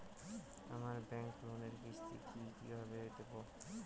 আমার ব্যাংক লোনের কিস্তি কি কিভাবে দেবো?